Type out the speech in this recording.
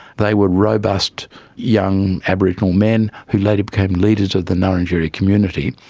they were robust young aboriginal men who later became leaders of the njarrindjeri community.